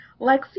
Lexi